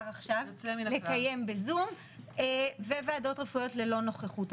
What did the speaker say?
עכשיו לקיים בזום וועדות רפואיות ללא נוכחות.